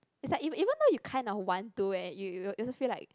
it's like ev~ even though you kind of want to and you you also feel like